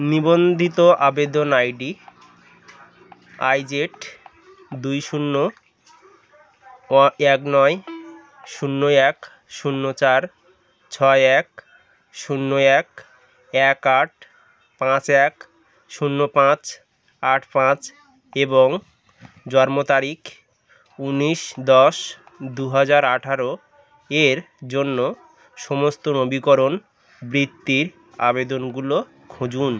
নিবন্ধিত আবেদন ID IZ দুই শূন্য অ এক নয় শূন্য এক শূন্য চার ছয় এক শূন্য এক এক আট পাঁচ এক শূন্য পাঁচ আট পাঁচ এবং জন্ম তারিখ ঊনিশ দশ দু হাজার আঠেরো এর জন্য সমস্ত নবীকরণ বৃত্তির আবেদনগুলো খুঁজুন